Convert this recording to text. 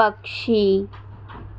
పక్షి